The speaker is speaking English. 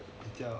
ya